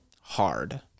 Hard